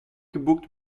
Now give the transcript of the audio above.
geboekt